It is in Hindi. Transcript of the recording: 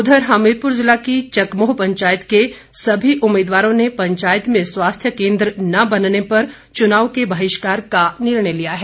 उधर हमीरपुर जिला की चकमोह पंचायत के सभी उम्मीदवारों ने पंचायत में स्वास्थ्य केन्द्र न बनने पर चुनाव के बहिष्कार का निर्णय लिया है